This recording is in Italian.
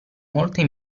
molte